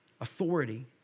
authority